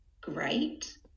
great